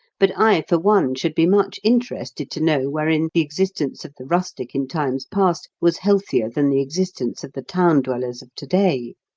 but i for one should be much interested to know wherein the existence of the rustic in times past was healthier than the existence of the town-dwellers of to-day.